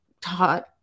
taught